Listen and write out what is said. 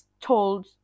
told